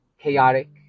chaotic